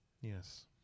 yes